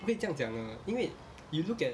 不可以这样讲的因为 you look at